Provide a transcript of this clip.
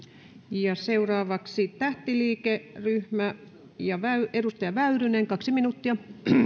ja seuraavaksi tähtiliikeryhmä edustaja väyrynen kaksi minuuttia